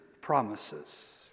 promises